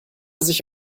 sich